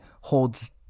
holds